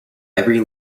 every